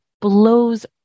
blows